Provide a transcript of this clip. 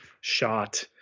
shot